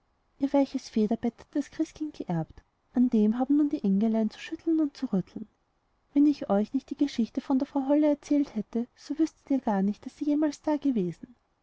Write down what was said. ihr weiches federbett hat das christkind geerbt und an dem haben nun die engelein zu schütteln und zu rütteln wenn ich euch nicht die geschichte von der frau holle erzählt hätte so wüßtet ihr gar nicht daß sie jemals dagewesen